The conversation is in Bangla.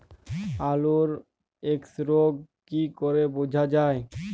আলুর এক্সরোগ কি করে বোঝা যায়?